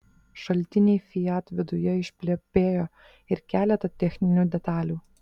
šaltiniai fiat viduje išplepėjo ir keletą techninių detalių